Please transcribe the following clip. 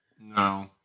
No